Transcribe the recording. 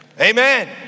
Amen